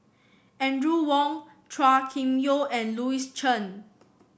Audrey Wong Chua Kim Yeow and Louis Chen